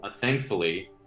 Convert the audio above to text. thankfully